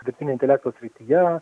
dirbtinio intelekto srityje